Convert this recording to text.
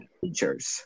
teachers